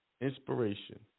inspiration